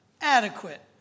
Adequate